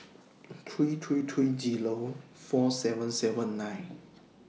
three three three Zero four seven seven nine